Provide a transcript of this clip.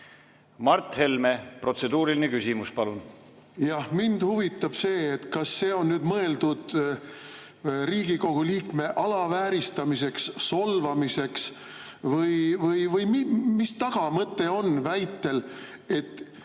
Mart Helme, protseduuriline küsimus, palun! Mind huvitab see, et kas see on nüüd mõeldud Riigikogu liikme alavääristamiseks või solvamiseks või mis tagamõte on väitel, et